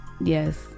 Yes